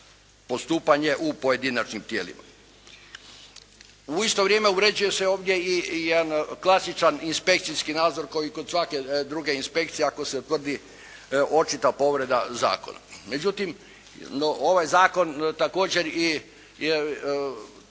postupanje u pojedinačnim tijelima. U isto vrijeme uređuje se ovdje i jedan klasičan inspekcijski nadzor koji kod svake druge inspekcije, ako se utvrdi očita povreda zakona. Međutim, ovaj zakon također i